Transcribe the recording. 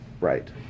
Right